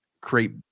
create